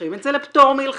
הופכים את זה לפטור מלכתחילה.